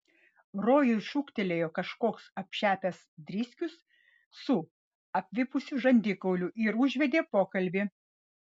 rojui šūktelėjo kažkoks apšepęs driskius su atvipusiu žandikauliu ir užvedė pokalbį